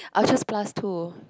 I'll just plus two